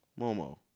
Momo